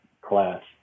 class